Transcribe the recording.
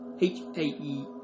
H-A-E-